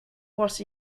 what